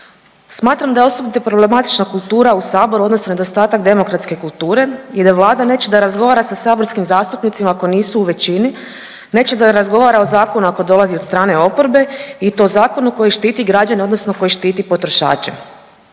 Smatram da je osobito problematična kultura u Saboru odnosno nedostatak demokratske kulture i da Vlada neće da razgovara sa saborskim zastupnicima ako nisu u većini, neće da razgovara o zakonu ako dolazi od strane oporbe i to zakonu koji štiti građane odnosno koji štiti potrošače.